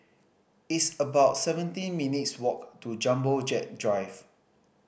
it's about seventeen minutes' walk to Jumbo Jet Drive